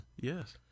Yes